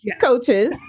coaches